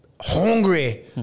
hungry